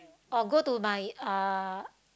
or go to my uh